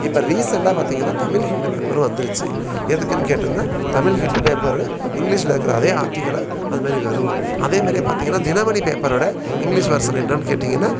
இப்போ ரீசன்ட்டாக பார்த்திங்கன்னா தமிழ் ஹிந்து பேப்பரும் வந்துருச்சு எதுக்குனு கேட்டோம்னா தமிழ் ஹிண்டு பேப்பரு இங்கிலீஷில் இருக்கிற அதே ஆர்ட்டிக்களை அது மாதிரி வரும் அதே மாதிரியா பார்த்திங்கன்னா தினமணிப் பேப்பரோடய இங்கிலீஷ் வெர்சன் என்னன்னு கேட்டிங்கன்னால்